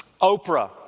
Oprah